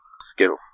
skill